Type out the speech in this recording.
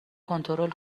کنترل